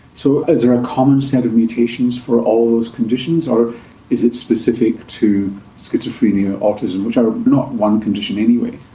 so is there a common set of mutations for all those conditions or is it specific to schizophrenia and autism, which are not one condition anyway?